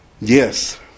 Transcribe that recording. Yes